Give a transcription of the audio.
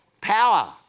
Power